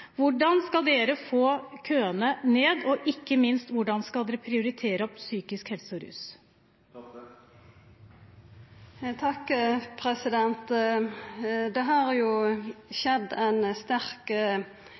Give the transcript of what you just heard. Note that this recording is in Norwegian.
Hvordan skal Senterpartiet få køene ned, og, ikke minst, hvordan skal de prioritere opp psykisk helse og rus? Det har skjedd ei sterk